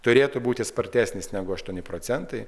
turėtų būti spartesnis negu aštuoni procentai